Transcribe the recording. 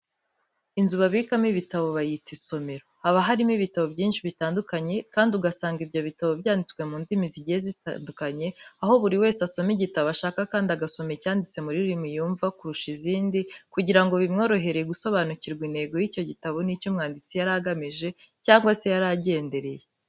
Inzu babikamo ibitabo bayita isomero. Haba harimo ibitabo byinshi bitandukanye kandi ugasanga ibyo bitabo byanditswe mu ndimi zigiye zitandukanye aho buri wese asoma igitabo ashaka kandi agasoma icyanditse mu rurimi yumva kurusha izindi kugira ngo bimworohere gusobanukirwa intego y'icyo gitabo n'icyo umwanditsi yari agamije cyangwa se yaragendereye.